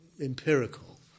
empirical